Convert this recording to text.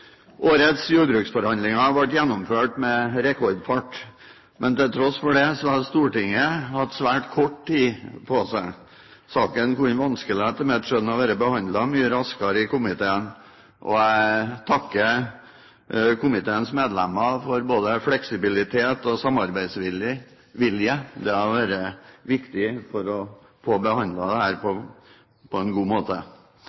Årets jordbruksforhandlinger ble gjennomført i rekordfart. Til tross for det har Stortinget hatt svært kort tid på seg. Saken kunne vanskelig vært behandlet raskere i komiteen, etter mitt skjønn, og jeg takker komiteens medlemmer for både fleksibilitet og samarbeidsvilje. Det har vært viktig for å få behandlet dette på en god måte. Tallene fra Budsjettnemnda for jordbruket viste at det